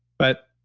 but